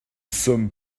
sommes